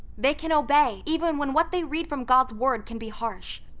they can obey even when what they read from god's word can be harsh.